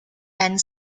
and